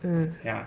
um